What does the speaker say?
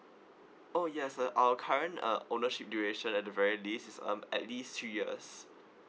oh yes uh our current uh ownership duration at the very least is um at least three years